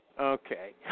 Okay